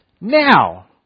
Now